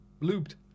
looped